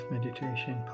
Meditation